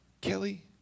Kelly